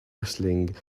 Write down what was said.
whistling